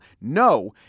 No